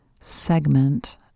segment